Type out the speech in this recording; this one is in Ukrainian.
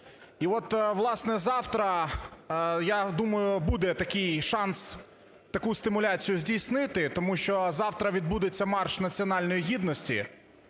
І от, власне, я думаю, буде такий шанс таку стимуляція здійснити, тому що завтра відбудеться Марш національної гідності,